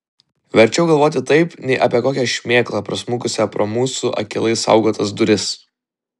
verčiau galvoti taip nei apie kokią šmėklą prasmukusią pro mūsų akylai saugotas duris